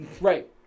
Right